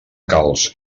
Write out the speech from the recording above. calç